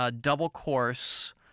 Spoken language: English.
double-course